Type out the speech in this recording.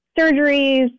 surgeries